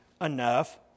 enough